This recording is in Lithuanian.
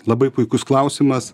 labai puikus klausimas